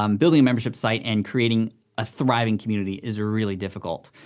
um building a membership site and creating a thriving community is really difficult.